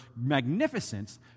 magnificence